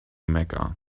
mecca